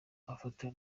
amafoto